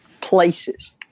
places